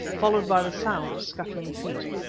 followed by the sound of scuttling feet.